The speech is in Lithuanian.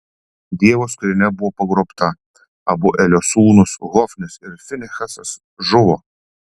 dievo skrynia buvo pagrobta abu elio sūnūs hofnis ir finehasas žuvo